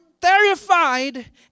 terrified